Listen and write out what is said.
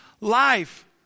life